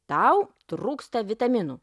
tau trūksta vitaminų